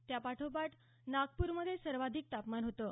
त्या पाठोपाठ नागप्रमध्ये सर्वाधिक तापमान होतं